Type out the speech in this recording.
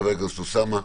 חבר הכנסת אוסאמה,